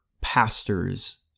pastors